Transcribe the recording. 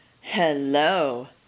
Hello